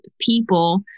people